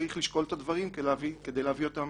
צריך לשקול את הדברים כדי להביא אותם